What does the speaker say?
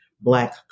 Black